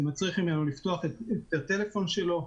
זה מצריך ממנו לפתוח את הטלפון שלו,